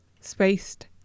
spaced